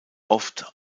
oft